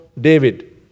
David